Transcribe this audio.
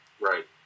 Right